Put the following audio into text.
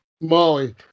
Molly